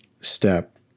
step